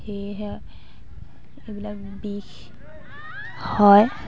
সেয়েহে এইবিলাক বিষ হয়